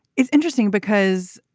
it's interesting because